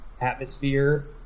atmosphere